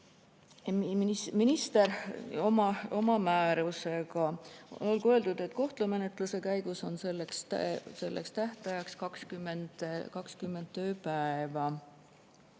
minister oma määrusega. Olgu öeldud, et kohtumenetluse käigus on see tähtaeg 20 tööpäeva.